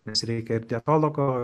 nes reikia ir dietologo